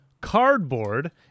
cardboard